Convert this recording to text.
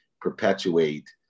perpetuate